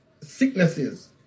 sicknesses